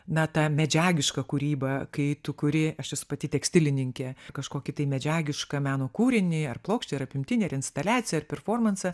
na tą medžiagišką kūrybą kai tu kuri aš pati tekstilininkė kažkokį tai medžiagišką meno kūrinį ar plokščią ar apimtinį ar instaliaciją ar performansą